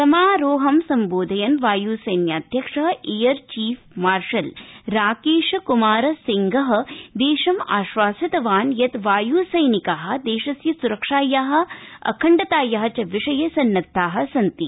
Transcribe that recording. समारोहं सम्बोधयन् वाय्सैन्याध्यक्ष air chief marshal Rakesh Kumar Singh देशां आश्वासितवान् यत् वायू सैनिका देशस्य सुरक्षाया अखण्डताया च विषये सन्नद्वा सन्ति